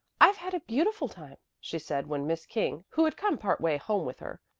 i've had a beautiful time, she said, when miss king, who had come part way home with her,